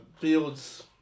Fields